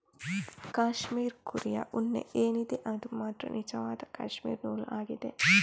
cashmere ಕುರಿಯ ಉಣ್ಣೆ ಏನಿದೆ ಅದು ಮಾತ್ರ ನಿಜವಾದ ಕ್ಯಾಶ್ಮೀರ್ ನೂಲು ಆಗಿದೆ